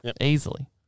easily